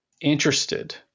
interested